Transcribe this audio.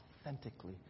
authentically